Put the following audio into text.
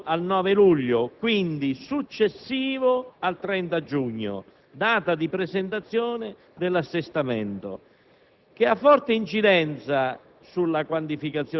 che quest'anno è stato differito al 9 luglio - quindi, a dopo il 30 giugno, data di presentazione dell'assestamento